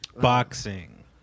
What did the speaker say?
Boxing